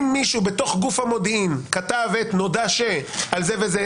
אם מישהו בתוך גוף המודיעין כתב את נודע ש --- על זה וזה,